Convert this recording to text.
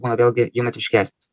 būna vėlgi jaunatviškesnis